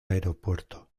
aeropuerto